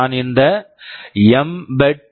நான் இந்த எம்பிஇடி